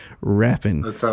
rapping